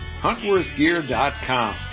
Huntworthgear.com